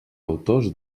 autors